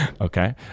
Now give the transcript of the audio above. Okay